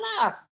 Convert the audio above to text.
enough